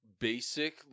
basic